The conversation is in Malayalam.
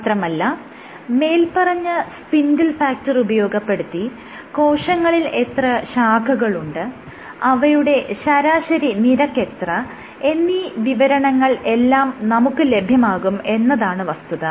മാത്രമല്ല മേല്പറഞ്ഞ സ്പിൻഡിൽ ഫാക്ടർ ഉപയോഗപ്പെടുത്തി കോശങ്ങളിൽ എത്ര ശാഖകളുണ്ട് അവയുടെ ശരാശരി നിരക്ക് എത്ര എന്നീ വിവരണങ്ങൾ എല്ലാം നമുക്ക് ലഭ്യമാകും എന്നതാണ് വസ്തുത